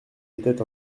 étaient